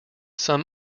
some